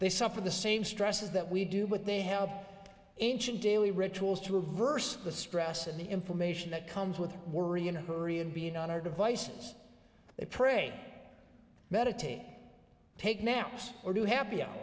they suffer the same stresses that we do but they have ancient daily rituals to reverse the stress and the information that comes with worry in a hurry and being on our devices they pray meditate take naps or too happy